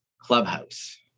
Clubhouse